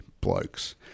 blokes